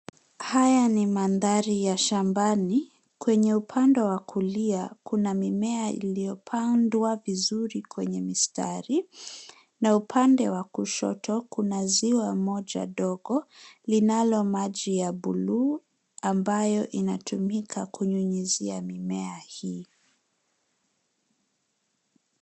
Haya ni mandhari ya shambani kwenye upande wa kulia kuna mimea iliyopandwa vizuri kwenye mistari na upande wa kushoto kuna ziwa moja dogo linalo na maji ya buluu ambayo inatumika kunyunyuzia mimea hii.